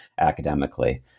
academically